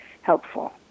helpful